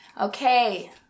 Okay